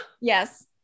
Yes